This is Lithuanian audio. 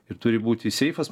ir turi būti seifas